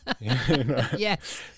yes